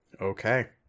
Okay